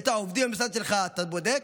את העובדים במשרד שלך אתה בודק?